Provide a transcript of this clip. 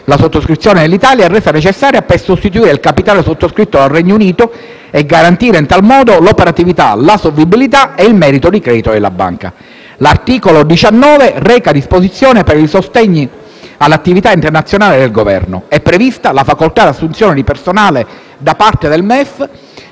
La sottoscrizione dell'Italia è resa necessaria per sostituire il capitale sottoscritto dal Regno Unito e garantire in tal modo l'operatività, la solvibilità e il merito di credito della Banca. L'articolo 19 reca disposizioni per il sostegno all'attività internazionale del Governo. È prevista la facoltà di assunzione di personale da parte del